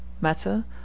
matter